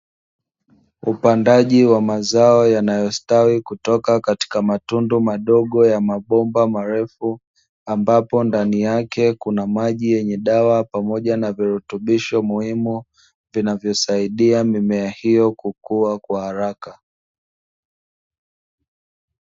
Upandaji wa mazao yanayostawi kutoka katika matundu madogo ya mabomba marefu, ambapo ndani yake kuna maji yenye dawa pamoja na virutubisho muhimu, vinavyosaidia mimea hiyo kukua kwa haraka.